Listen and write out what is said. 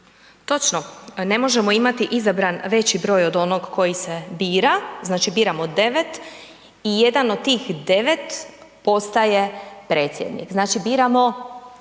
Točno, ne možemo imati izabran veći broj od onog koji se bira, znači biramo 9 i jedan do tih 9 postaje predsjednik, znači biramo